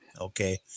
Okay